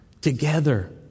together